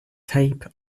tape